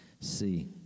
see